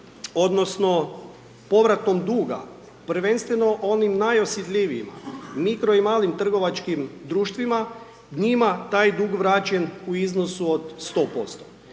odnosno, povratkom duga, prvenstveno onim najosjetljivijima, mikro i malim trgovačkim društvima, njima taj dug vraćen u iznosu od 100%.